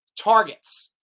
targets